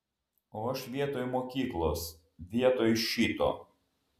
o aš vietoj mokyklos vietoj šito